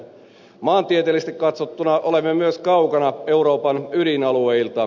maantieteellisesti katsottuna olemme myös kaukana euroopan ydinalueilta